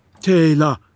Taylor